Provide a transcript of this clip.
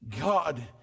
god